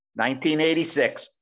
1986